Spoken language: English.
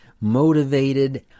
motivated